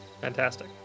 fantastic